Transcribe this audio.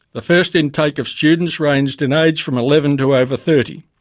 the first intake of students ranged in age from eleven to over thirty.